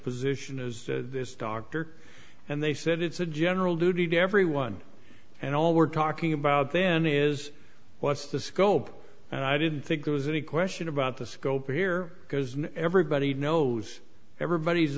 position is this doctor and they said it's a general duty to everyone and all we're talking about then is what's the scope and i didn't think there was any question about the scope here because everybody knows everybody's